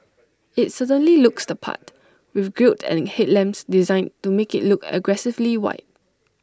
IT certainly looks the part with grille and headlamps designed to make IT look aggressively wide